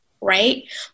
right